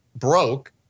Broke